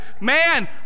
Man